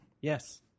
Yes